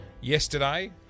yesterday